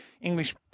English